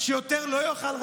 שיותר לא יאכל רבנות,